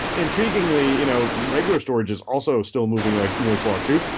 intriguingly, you know regular storage is also still moving like moore's law too.